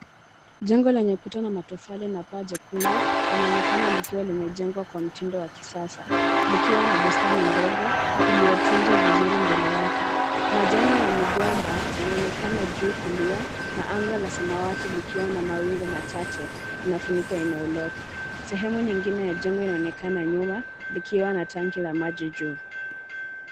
Jengo lenye kuta na matofali na paa jekundu linaoneka likiwa limejengwa kwa mtindo wa kisasa, likiwa na bustani ndogo iliyotunzwa vizuri mbele yake. Majani ya migomba inaonekana juu kulia na anga la samawati likiwa na mawingu machache inafunika eneo lote. Sehemu nyingine ya jengo inaonekana nyuma likiwa na tangi la maji juu.